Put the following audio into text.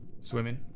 Swimming